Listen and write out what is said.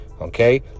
okay